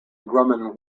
grumman